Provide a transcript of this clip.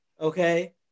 Okay